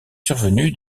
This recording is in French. survenu